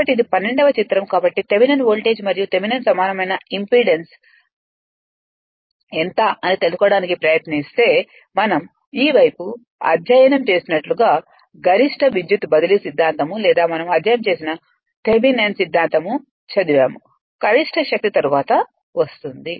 కాబట్టి ఇది 12వ చిత్రం కాబట్టి థెవెనిన్ వోల్టేజ్ మరియు థెవెనిన్ సమానమైన ఇంపిడెన్స్ ఎంత అని తెలుసుకోవడానికి ప్రయత్నిస్తే మనం ఈ వైపు అధ్యయనం చేసినట్లుగా గరిష్ట విద్యుత్ బదిలీ సిద్ధాంతం లేదా మనం అధ్యయనం చేసిన థెవెనిన్ సిద్ధాంతం చదివాము గరిష్ట శక్తి తరువాత వస్తుంది